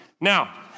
now